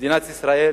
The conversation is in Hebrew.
למדינת ישראל